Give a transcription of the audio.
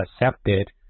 accepted